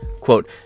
Quote